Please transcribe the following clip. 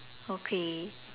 okay